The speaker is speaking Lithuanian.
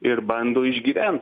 ir bando išgyvent